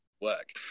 work